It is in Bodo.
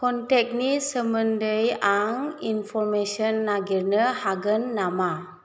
कन्टेक्टनि सोमोन्दै आं इनफरमेसन नागिरनो हागोन नामा